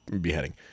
beheading